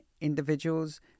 individuals